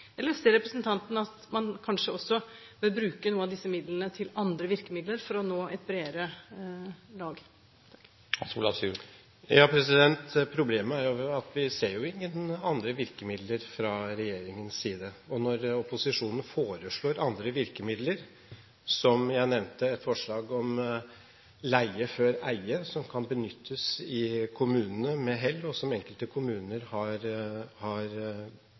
Eller ser representanten at man kanskje også bør bruke noen av disse midlene til andre virkemidler for å nå et bredere lag? Problemet er jo at vi ser ingen andre virkemidler fra regjeringens side. Når opposisjonen foreslår andre virkemidler – jeg nevnte et forslag om «leie før eie», som med hell kan benyttes i kommunene, og som enkelte kommuner har